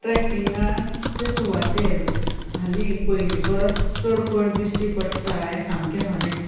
ट्रॅकिंगाकचे सुवातेर हालीं पयलीं परस चड कोयर दिश्टी पडटा हें सामकें खरें